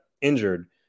injured